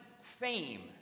fame